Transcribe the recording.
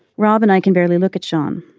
robyn i can barely look at sean.